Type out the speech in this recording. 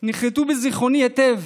נחרתו בזיכרוני היטב